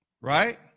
right